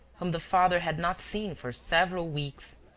whom the father had not seen for several weeks,